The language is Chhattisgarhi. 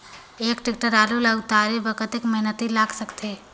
एक टेक्टर आलू ल उतारे बर कतेक मेहनती लाग सकथे?